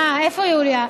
איפה יוליה?